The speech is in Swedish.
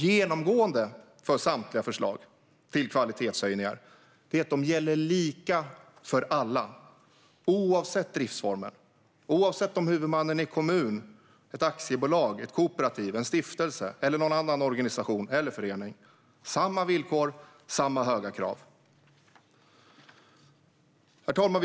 Genomgående för samtliga förslag till kvalitetshöjningar är att de gäller lika för alla, oavsett driftsformer och oavsett om huvudmannen är en kommun, ett aktiebolag, ett kooperativ, en stiftelse eller någon annan organisation eller förening. Det är samma villkor och samma höga krav. Herr talman!